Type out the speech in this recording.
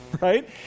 right